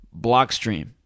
Blockstream